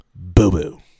Boo-boo